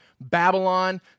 Babylon